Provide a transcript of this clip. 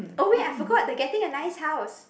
oh wait I forgot I'm getting a nice house